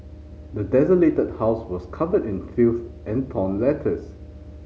the desolated house was covered in filth and torn letters